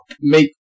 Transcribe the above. make